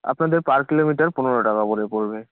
আপনাদের per kilometre পনেরো টাকা করে পড়বে